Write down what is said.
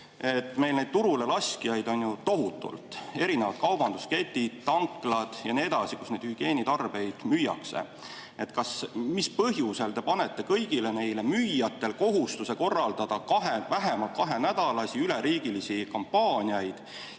Meil neid turule laskjaid on tohutult: erinevad kaubandusketid, tanklad ja nii edasi, kus neid hügieenitarbeid müüakse. Mis põhjusel te panete kõigile nendele müüjatele kohustuse korraldada vähemalt kahenädalasi üleriigilisi kampaaniaid?